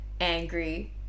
angry